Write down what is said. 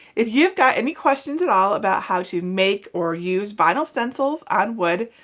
if you've got any questions at all about how to make or use vinyl stencils on wood,